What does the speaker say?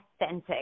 authentic